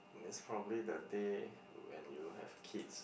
it's probably the day when you have kids